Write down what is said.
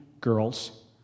girls